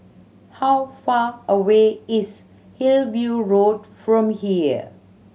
how far away is Hillview Road from here